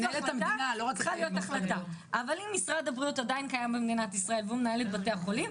אבל אם משרד הבריאות עדיין קיים במדינת ישראל והוא מנהל את בתי החולים,